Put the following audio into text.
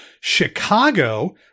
Chicago